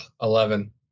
Eleven